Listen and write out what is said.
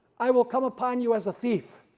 i will come upon you as a thief,